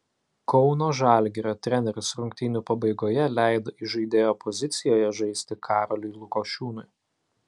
kauno žalgirio treneris rungtynių pabaigoje leido įžaidėjo pozicijoje žaisti karoliui lukošiūnui